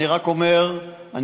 אני רק אומר שכרגע